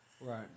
Right